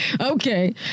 Okay